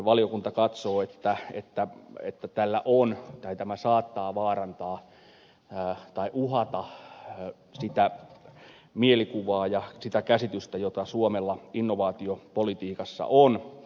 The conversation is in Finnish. valiokunta katsoo että tämä saattaa uhata sitä mielikuvaa ja sitä käsitystä joka suomen innovaatiopolitiikasta on